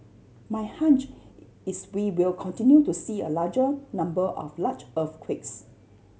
my hunch is we will continue to see a larger number of large earthquakes